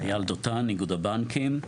אייל דותן איגוד הבנקים.